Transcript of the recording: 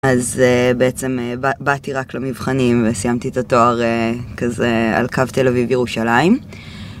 אז בעצם באתי רק למבחנים וסיימתי את התואר כזה על קו תל אביב ירושלים.